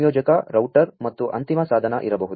ಸಂ ಯೋ ಜಕ ರೌ ಟರ್ ಮತ್ತು ಅಂ ತಿಮ ಸಾ ಧನ ಇರಬಹು ದು